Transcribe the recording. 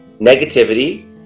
negativity